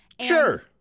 Sure